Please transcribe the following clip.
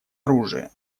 оружия